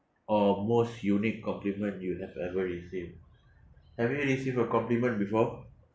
or most unique compliment you have ever received have you received a compliment before